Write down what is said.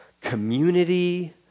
community